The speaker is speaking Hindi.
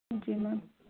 जी मेम